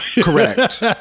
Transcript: correct